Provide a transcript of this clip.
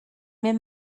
mynd